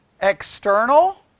External